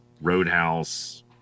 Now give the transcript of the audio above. Roadhouse